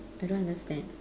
I don't understand